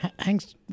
Thanks